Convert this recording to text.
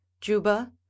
Juba